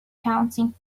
counting